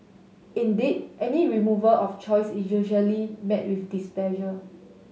indeed any removal of choice is usually met with displeasure